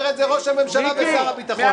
אומר את זה ראש הממשלה ושר הביטחון.